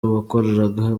wakoraga